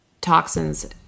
toxins